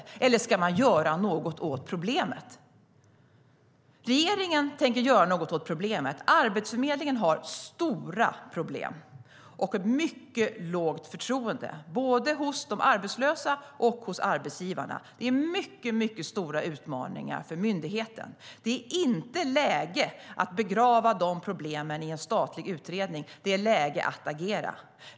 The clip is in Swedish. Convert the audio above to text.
Eller ska man göra något åt problemet? Regeringen tänker göra något åt problemet. Arbetsförmedlingen har stora problem och mycket lågt förtroende, både hos de arbetslösa och hos arbetsgivarna. Det är mycket, mycket stora utmaningar för myndigheten. Det är inte läge att begrava dessa problem i en statlig utredning. Det är läge att agera.